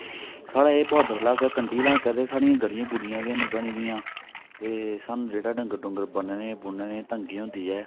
साढ़ा एह् बॉर्डर लाका कंढी लाका ऐ ते साढ़ियां गलियां गूलियां बी ऐनी बनी दियां ते सानूं जेह्ड़ा डंगर बन्नने बुन्नने दी तंगी होंदी ऐ